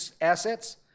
assets